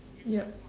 yup